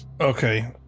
okay